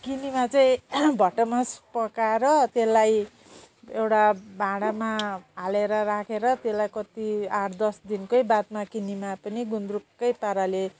किनामा चाहिँ भट्टमास पकाएर त्यसलाई एउटा भाँडामा हालेर राखेर त्यसलाई कति आठ दस दिनकै बादमा पनि किनामा पनि गुन्द्रुककै पाराले